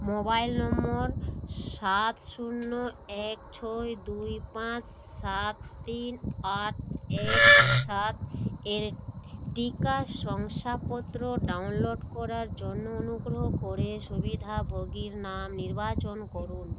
mobile নম্বর সাত শূন্য এক ছয় দুই পাঁচ সাত তিন আট এক সাত এর টিকা শংসাপত্র ডাউনলোড করার জন্য অনুগ্রহ করে সুবিধাভোগীর নাম নির্বাচন করুন